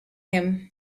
him